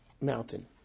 mountain